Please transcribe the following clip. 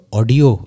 audio